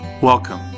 Welcome